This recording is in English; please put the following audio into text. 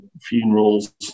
funerals